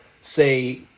say